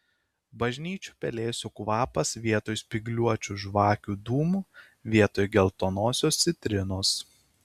bažnyčių pelėsių kvapas vietoj spygliuočių žvakių dūmų vietoj geltonosios citrinos